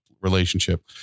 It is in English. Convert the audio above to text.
relationship